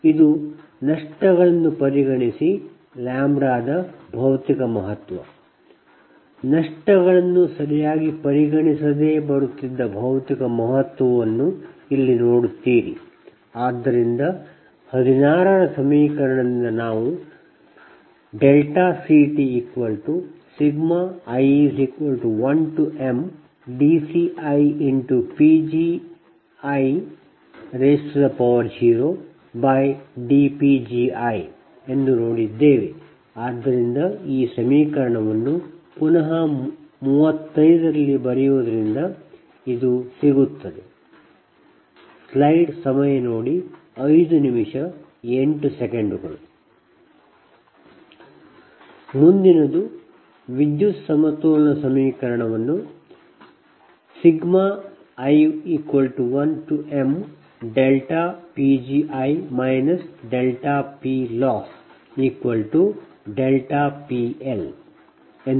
ಇದು ಪರಿಗಣಿಸಿ ನಷ್ಟಗಳನ್ನು ಸರಿಯಾಗಿ λ ಲ್ಯಾಂಬ್ಡಾದ ಭೌತಿಕ ಮಹತ್ವ ಆದ್ದರಿಂದ 16 ರ ಸಮೀಕರಣದಿಂದ ನಾವು CT i1mdCiPgi0dPgi ಎಂದು ನೋಡಿದ್ದೇವೆ ಈ ಸಮೀಕರಣವನ್ನು ಪುನಃ 35ರಲ್ಲಿ ಬರೆಯುವುದರಿಂದ ಇದು ಸಿಗುತ್ತದೆ ಮುಂದಿನದು ವಿದ್ಯುತ್ ಸಮತೋಲನ ಸಮೀಕರಣ i1mPgi PLossPL ಸಮೀಕರಣ ಇದು 36